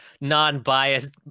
non-biased